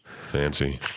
Fancy